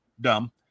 Dumb